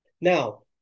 Now